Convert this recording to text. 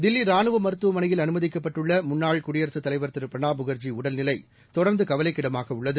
தில்லி ராணுவ மருத்துவமனையில் அனுமதிக்கப்பட்டுள்ள முன்னாள் குடியரசுத் தலைவர் திருபிரணாப் முகர்ஜி உடல்நிலை தொடர்ந்து கவலைக்கிடமாக உள்ளது